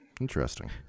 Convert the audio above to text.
interesting